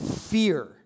fear